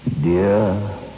dear